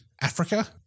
Africa